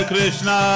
Krishna